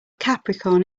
capricorn